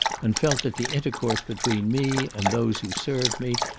and felt that the intercourse between me and those who served me,